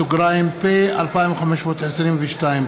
פ/2522/20.